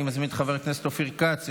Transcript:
אני מזמין את חבר הכנסת אופיר כץ,